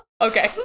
Okay